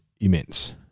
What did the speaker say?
immense